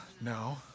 No